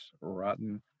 rotten